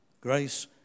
Grace